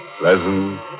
Pleasant